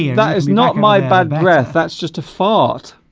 that is not my bad breath that's just a fart